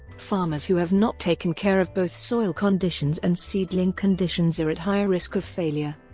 farmers who have not taken care of both soil conditions and seedling conditions are at high risk of failure.